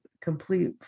complete